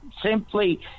simply